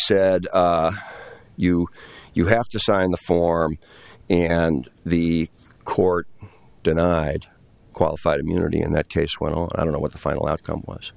said you you have to sign the form and the court denied qualified immunity in that case went on i don't know what the final outcome was